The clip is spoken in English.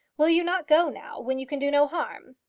will you not go now, when you can do no harm?